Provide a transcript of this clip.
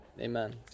Amen